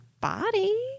body